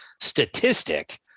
statistic